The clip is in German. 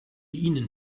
ihnen